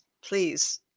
Please